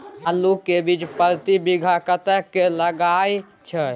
आलू के बीज प्रति बीघा कतेक लागय छै?